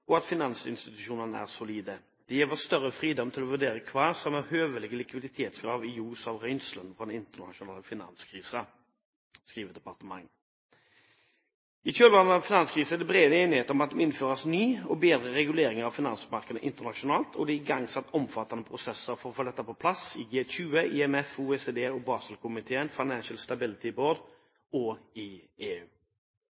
og at finansinstitusjonane er solide. Det gjev oss større fridom til å vurdera kva som er høvelege likviditetskrav i ljos av røynslene frå den internasjonale finanskrisa.» I kjølvannet av finanskrisen er bred enighet om at det må innføres nye og bedre reguleringer av finansmarkedene internasjonalt, og det er igangsatt omfattende prosesser for å få dette på plass i G20, IMF, OECD, Baselkomiteen, Financial Stability Board, FSB, og EU. Høyre er positive til det arbeidet som nå gjøres gjennom Baselkomiteen